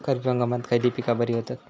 खरीप हंगामात खयली पीका बरी होतत?